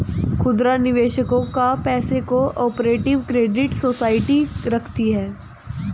खुदरा निवेशकों का पैसा को ऑपरेटिव क्रेडिट सोसाइटी रखती है